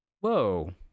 Whoa